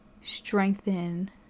strengthen